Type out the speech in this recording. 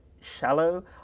shallow